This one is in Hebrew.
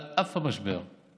על אף המשבר.